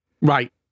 Right